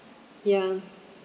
ya